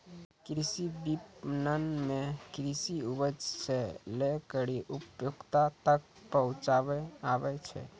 कृषि विपणन मे कृषि उपज से लै करी उपभोक्ता तक पहुचाबै आबै छै